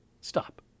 stop